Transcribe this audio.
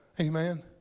amen